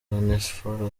onesphore